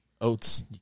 Oats